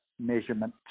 measurement